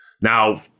Now